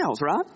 right